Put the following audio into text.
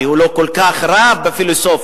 והוא לא כל כך רב בפילוסופיה,